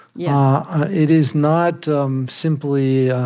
yeah it is not um simply